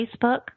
Facebook